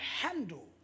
handle